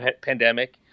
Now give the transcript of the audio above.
pandemic